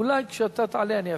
אולי כשאתה תעלה אני אאפשר.